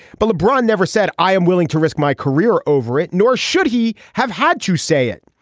but lebron never said i am willing to risk my career over it nor should he have had to say it.